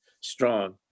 strong